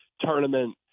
tournament